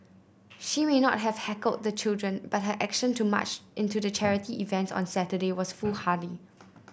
she may not have heckled the children but her action to march into the charity event on Saturday was foolhardy